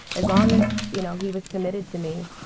as long as you know he was committed to me